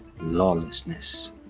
lawlessness